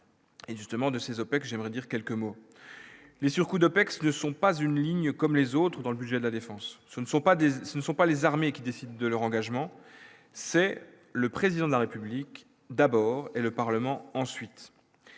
Et justement de ces obsèques, j'aimerais dire quelques mots, les surcoûts d'OPEX, ne sont pas une ligne, comme les autres dans le budget de la défense, ce ne sont pas des, ce ne sont pas les armées qui décident de leur engagement, c'est le président de la République d'abord et le Parlement, ensuite,